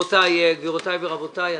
גבירותיי ורבותיי,